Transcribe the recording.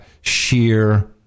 sheer